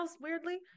weirdly